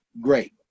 great